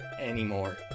anymore